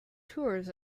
tours